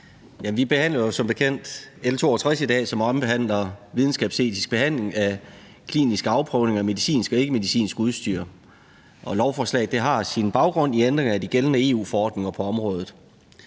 Vi behandler jo som bekendt i dag L 62, som omhandler videnskabsetisk behandling af klinisk afprøvning af medicinsk og ikkemedicinsk udstyr. Lovforslaget har sin baggrund i ændringer af de gældende EU-forordninger på området.